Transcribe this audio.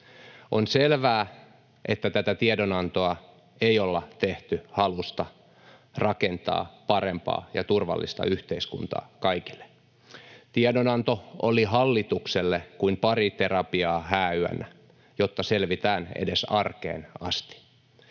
On selvää, että tätä tiedonantoa ei ole tehty halusta rakentaa parempaa, turvallista yhteiskuntaa kaikille. Tiedonanto oli hallitukselle kuin pariterapiaa hääyönä, jotta selvitään edes arkeen asti.